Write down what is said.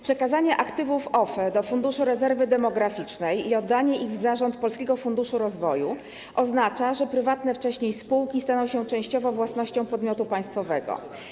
Przekazanie aktywów OFE do Funduszu Rezerwy Demograficznej i oddanie ich w zarząd Polskiemu Funduszowi Rozwoju oznacza, że prywatne wcześniej spółki staną się częściowo własnością podmiotu państwowego.